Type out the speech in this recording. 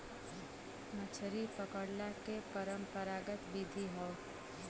मछरी पकड़ला के परंपरागत विधि हौ